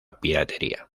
piratería